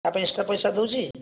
ତା ପାଇଁ ଏକ୍ସଟ୍ରା ପଇସା ଦେଉଛି